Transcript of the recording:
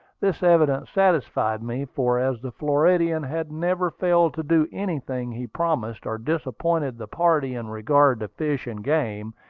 this evidence satisfied me, for as the floridian had never failed to do anything he promised, or disappointed the party in regard to fish and game,